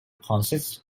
consists